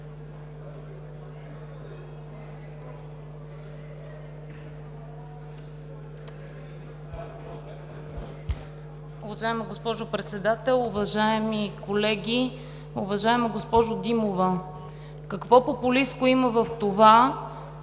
Уважаема госпожо Председател, уважаеми колеги! Уважаема госпожо Димова, какво популистко има в това